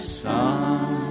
sun